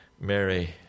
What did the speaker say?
Mary